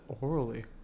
Orally